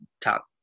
top